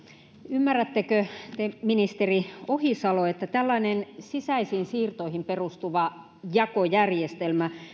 ymmärrättekö te ministeri ohisalo että tällainen sisäisiin siirtoihin perustuva jakojärjestelmä